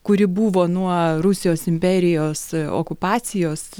kuri buvo nuo rusijos imperijos okupacijos